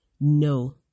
No